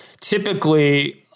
typically –